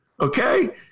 okay